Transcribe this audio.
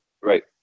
Right